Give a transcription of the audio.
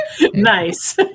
Nice